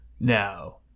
Now